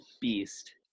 beast